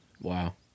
Wow